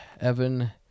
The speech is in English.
Evan